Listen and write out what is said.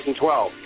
2012